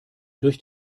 durch